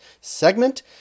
segment